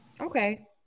okay